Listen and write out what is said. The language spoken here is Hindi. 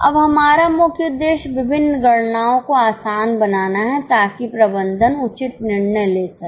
अब हमारा मुख्य उद्देश्य विभिन्न गणनाओं को आसान बनाना है ताकि प्रबंधन उचित निर्णय ले सके